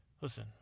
Listen